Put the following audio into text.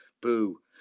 boo